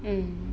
mm